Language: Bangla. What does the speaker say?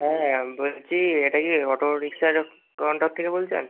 হ্যাঁ আমি বলছি এটা কি অটোরিক্সার কাউন্টার থেকে বলছেন